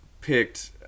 picked